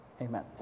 Amen